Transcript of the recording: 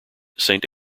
saint